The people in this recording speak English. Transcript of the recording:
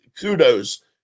kudos